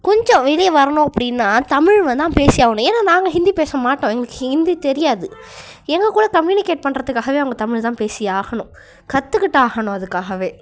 கொஞ்சம் இதே வரணும் அப்படின்னா தமிழில் தான் பேசியாகணும் ஏன் நாங்கள் ஹிந்தி பேசமாட்டோம் எங்களுக்கு ஹிந்தி தெரியாது எங்கள்கூட கம்யூனிகேட் பண்ணுறதுக்காகவே அவங்க தமிழ் தான் பேசியாகணும் கற்றுக்கிட்டாகணும் அதுக்காகவே